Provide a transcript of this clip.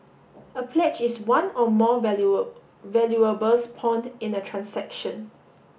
a pledge is one or more valuables pawned in a transaction